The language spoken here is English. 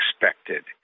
expected